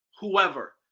whoever